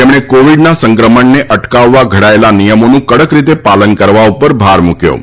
તેમણે કોવીડના સંક્રમણને અટકાવવા ઘડાયેલા નિયમોનું કડક રીતે પાલન કરવા ઉપર ભાર મૂક્યો હતો